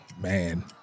man